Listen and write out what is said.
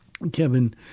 Kevin